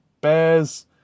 bears